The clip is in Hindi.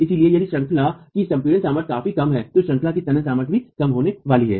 इसलिए यदि श्रंखला श्रेणी की संपीड़ित सामर्थ्य काफी कम है तो श्रंखला श्रेणी की तनन सामर्थ्य भी कम होने वाली है